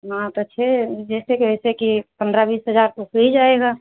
हाँ तो फिर जेसे कहे थे कि पन्द्रह बीस हजार तो हो ही जाएगा